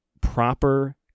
proper